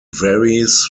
varies